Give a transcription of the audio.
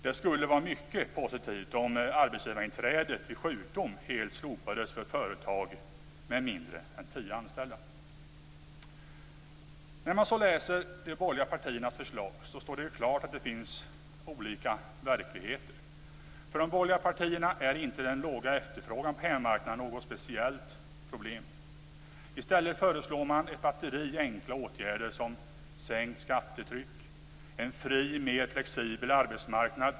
Det skulle vara mycket positivt om arbetsgivarinträdet vid sjukdom helt slopades för företag med mindre än tio anställda. När man läser de borgerliga partiernas förslag står det klart att det finns olika verkligheter. För de borgerliga partierna är inte den låga efterfrågan på hemmamarknaden något speciellt problem. I stället föreslår man ett batteri enkla åtgärder som sänkt skattetryck och en fri mer flexibel arbetsmarknad.